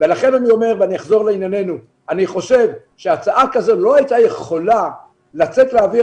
אני חושב שהצעה כזאת לא הייתה יכולה לצאת לאוויר